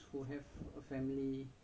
ya